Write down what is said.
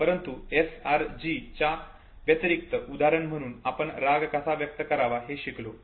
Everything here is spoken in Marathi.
परंतु SRG च्या व्यतिरिक्त उदाहरण म्हणून आपण राग कसा व्यक्त करावा हे शिकलो